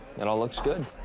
it all looks good.